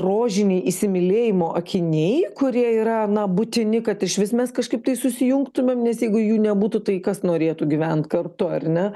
rožiniai įsimylėjimo akiniai kurie yra na būtini kad išvis mes kažkaip tai susijungtumėm nes jeigu jų nebūtų tai kas norėtų gyvent kartu ar ne